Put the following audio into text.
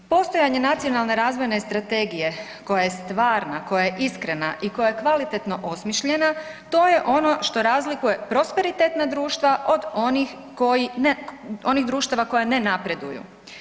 Postojanje Nacionalne razvojne strategije koja je stvarna, koja je iskrena i koja je kvalitetno osmišljena to je ono što razlikuje prosperitetna društva od onih društava koja ne napreduju.